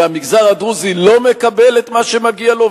והמגזר הדרוזי לא מקבל את מה שמגיע לו,